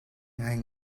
ngai